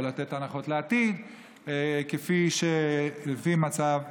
או לתת הנחות לעתיד לפי מצב הנזקק.